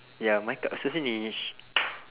ya my cards are finished